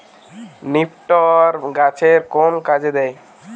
নিপটর গাছের কোন কাজে দেয়?